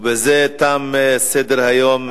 ובזה תם סדר-היום.